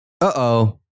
Uh-oh